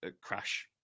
crash